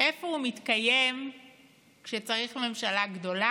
ואני מסיים כאן, אדוני,